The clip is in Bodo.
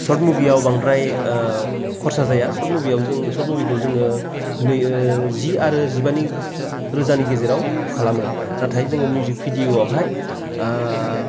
सर्ट मुभियाव बांद्राय खरसा जाया सर्ट मुभियाव जों सर्ट मुभिखौ जोङो जि आरो जिबानि रोजानि गेजेराव खालामो नाथाय जोङो मिउजिक भिदिय'आवहाय